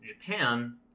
Japan